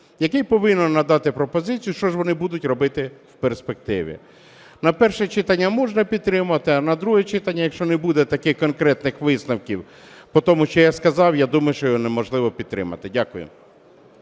яке і повинно надати пропозицію, що ж вони будуть робити в перспективі. На перше читання можна підтримати, а на друге читання, якщо не буде таких конкретних висновків по тому, що я сказав, я думаю, що його неможливо підтримати. Дякую.